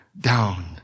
down